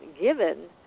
given